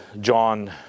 John